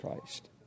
Christ